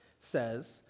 says